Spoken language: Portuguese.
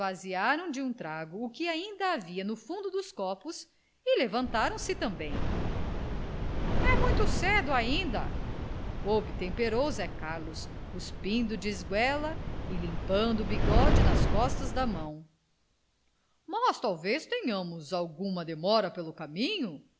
de um trago o que ainda havia no fundo dos copos e levantaram-se também é muito cedo ainda obtemperou zé carlos cuspindo de esguelha e limpando o bigode nas costas da mão mas talvez tenhamos alguma demora pelo caminho